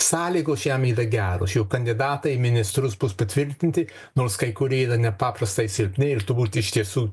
sąlygos šiam yra geros čia jau kandidatai į ministrus bus patvirtinti nors kai kurie yra nepaprastai silpni ir turbūt iš tiesų